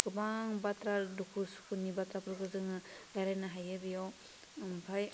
गोबां बाथ्रा दुखु सुखुनि बाथ्राफोरखौ जोङो रायलायनो हायो बेयाव ओमफाय